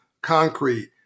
concrete